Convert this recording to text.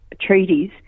treaties